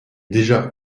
déjà